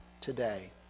today